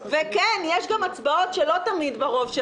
וכן, יש דבר כזה הצבעות שאין לכם בהן רוב.